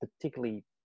particularly